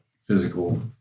physical